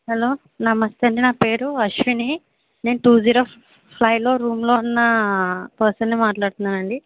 hello నమస్తేండి నాపేరు అశ్వినీ నేను టూ జీరో ఫైవ్లో రూమ్లో ఉన్నా పర్సన్ని మాట్లాడుతున్నాఅండి